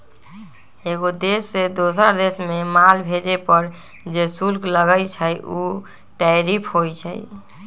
एगो देश से दोसर देश मे माल भेजे पर जे शुल्क लगई छई उ टैरिफ होई छई